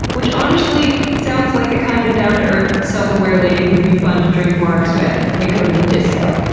which honestly sounds like the kind of down-to-earth, self-aware lady who'd be fun to drink margs with and go to the disco.